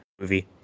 movie